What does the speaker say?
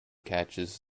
catches